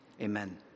Amen